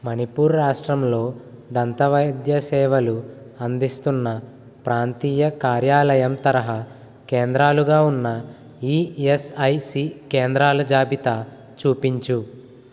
మణిపూర్ రాష్ట్రంలో దంతవైద్య సేవలు అందిస్తున్న ప్రాంతీయ కార్యాలయం తరహా కేంద్రాలుగా ఉన్న ఈఎస్ఐసి కేంద్రాల జాబితా చూపించు